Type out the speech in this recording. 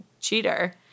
cheater